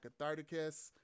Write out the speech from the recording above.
Catharticus